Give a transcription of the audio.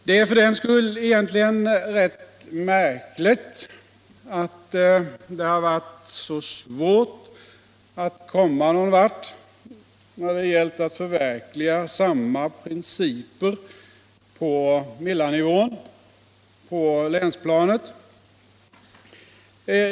Det är för den skull egentligen rätt märkligt att det har varit så svårt att komma någon vart när det gällt att förverliga samma principer på mellannivån, på länsplanet.